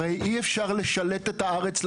הרי אי אפשר לשלט את הארץ לדעת.